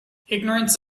ignorance